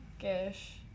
Gish